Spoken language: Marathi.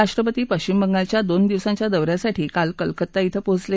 राष्ट्रपती पक्षिम बंगालच्या दोन दिवसांच्या दौऱ्यासाठी काल कोलकाता श्वे पोहचले